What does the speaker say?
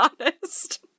honest